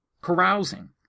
carousing